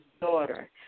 daughter